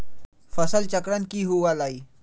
फसल चक्रण की हुआ लाई?